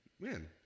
Man